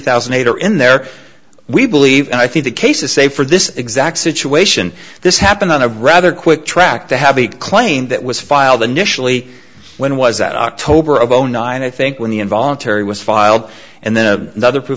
thousand and eight or in there we believe and i think the cases say for this exact situation this happened on a rather quick track to have a claim that was filed initially when was that october of nine i think when the involuntary was filed and then a nother